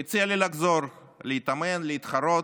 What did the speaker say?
והציע לי לחזור להתאמן ולהתחרות.